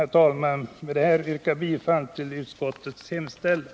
Med det anförda vill jag yrka bifall till utskottets hemställan.